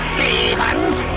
Stevens